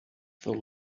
the